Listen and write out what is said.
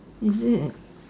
is it